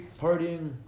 partying